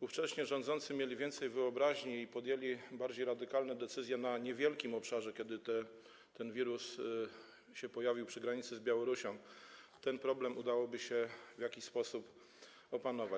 ówcześnie rządzący mieli więcej wyobraźni i podjęli bardziej radykalne decyzje dotyczące niewielkiego obszaru, kiedy ten wirus się pojawił przy granicy z Białorusią, ten problem udałoby się w jakiś sposób opanować.